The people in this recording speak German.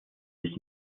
ich